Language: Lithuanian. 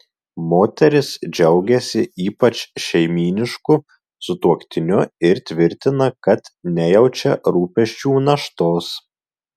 moteris džiaugiasi ypač šeimynišku sutuoktiniu ir tvirtina kad nejaučia rūpesčių naštos